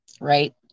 right